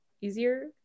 easier